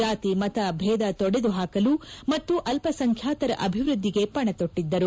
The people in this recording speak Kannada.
ಜಾತಿ ಮತ ಭೇದ ತೊಡೆದು ಹಾಕಲು ಮತ್ತು ಅಲ್ಪಸಂಖ್ಯಾತರ ಅಭಿವೃದ್ದಿಗೆ ಪಣತೊಟ್ಟದ್ದರು